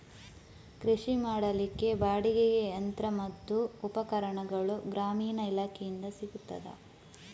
ಕೃಷಿ ಮಾಡಲಿಕ್ಕೆ ಬಾಡಿಗೆಗೆ ಯಂತ್ರ ಮತ್ತು ಉಪಕರಣಗಳು ಗ್ರಾಮೀಣ ಇಲಾಖೆಯಿಂದ ಸಿಗುತ್ತದಾ?